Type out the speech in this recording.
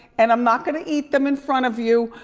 and i'm not gonna eat them in front of you,